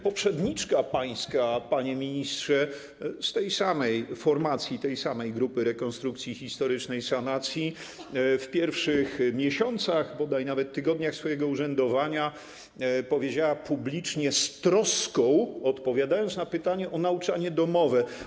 Poprzedniczka pańska, panie ministrze, z tej samej formacji, tej samej grupy rekonstrukcji historycznej sanacji, w pierwszych miesiącach, bodaj nawet tygodniach, swojego urzędowania powiedziała publicznie, z troską odpowiadając na pytanie o nauczanie domowe: